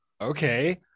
okay